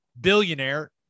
billionaire